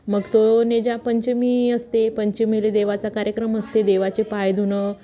मग तो नेज्या पंचमी असते पंचमीले देवाचा कार्यक्रम असते देवाचे पायधुणं